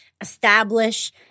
establish